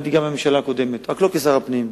כיהנתי גם בממשלה הקודמת, לא כשר הפנים,